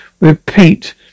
Repeat